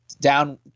down –